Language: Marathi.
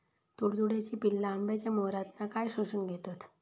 तुडतुड्याची पिल्ला आंब्याच्या मोहरातना काय शोशून घेतत?